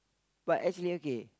but actually okay